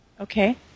Okay